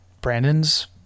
Brandon's